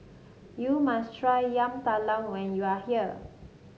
you must try Yam Talam when you are here